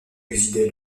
résidait